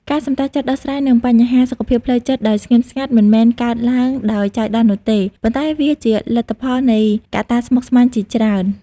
ការសម្រេចចិត្តដោះស្រាយនឹងបញ្ហាសុខភាពផ្លូវចិត្តដោយស្ងៀមស្ងាត់ មិនមែនកើតឡើងដោយចៃដន្យនោះទេ ប៉ុន្តែវាជាលទ្ធផលនៃកត្តាស្មុគស្មាញជាច្រើន។